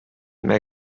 mehr